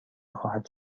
خواهد